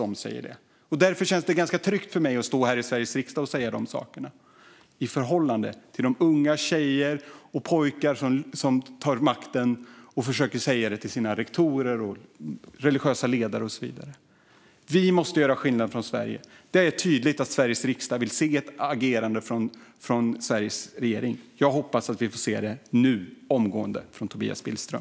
Det känns ganska tryggt för mig att stå här i Sveriges riksdag och säga de sakerna, i förhållande till de unga tjejer och pojkar som tar makten och försöker säga det till sina rektorer, religiösa ledare och så vidare. Vi måste göra skillnad från Sverige. Det är tydligt att Sveriges riksdag vill se ett agerande från den svenska regeringen. Jag hoppas att vi får se detta nu, omgående, från Tobias Billström.